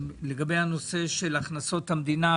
יהיה דיון השבוע גם על הנושא של הכנסות המדינה,